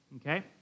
okay